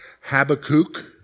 Habakkuk